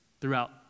throughout